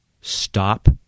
Stop